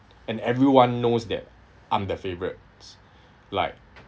and everyone knows that I'm the favourites like